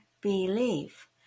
believe